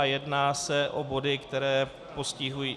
Jedná se o body, které postihují...